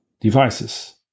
devices